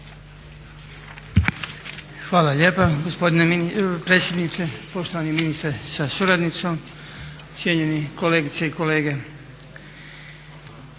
Hvala lijepa gospodine predsjedniče. Poštovani ministre sa suradnicom, cijenjeni kolegice i kolege.